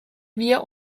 wir